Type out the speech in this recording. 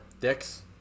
Dicks